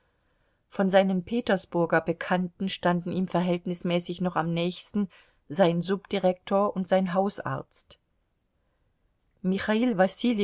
von seinen petersburger bekannten standen ihm verhältnismäßig noch am nächsten sein subdirektor und sein hausarzt michail